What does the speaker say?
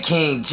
King